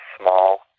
small